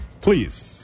Please